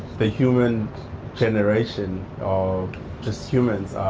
the human generation of just humans